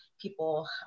people